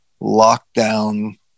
lockdown